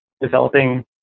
developing